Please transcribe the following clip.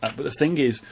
um but the thing is,